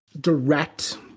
direct